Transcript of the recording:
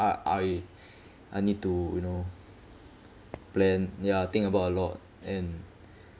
I I I need to you know plan ya think about a lot and